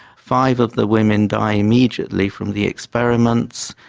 five of the women die immediately from the experiments,